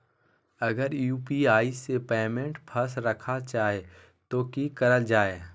अगर यू.पी.आई से पेमेंट फस रखा जाए तो की करल जाए?